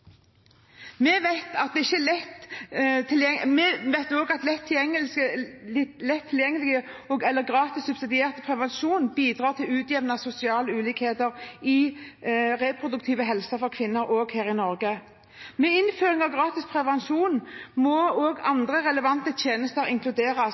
Vi vet at lett tilgjengelig og gratis, subsidiert, prevensjon bidrar til å utjevne sosiale ulikheter når det gjelder kvinners reproduktive helse i Norge. Ved innføring av gratis prevensjon må også andre relevante tjenester inkluderes – som f.eks. opplæring i og